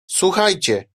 słuchajcie